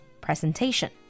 presentation